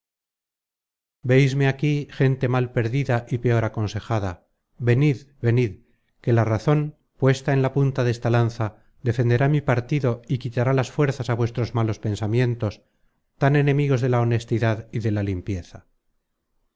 veisme aquí gente mal perdida y peor aconsejada venid venid que la razon puesta en la punta desta lanza defenderá mi partido y quitará las fuerzas á vuestros malos pensamientos tan enemigos de la honestidad y de la limpieza